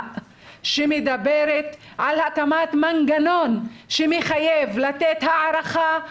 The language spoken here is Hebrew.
שמדברת על הקמת מנגנון שמחייב לתת הערכה,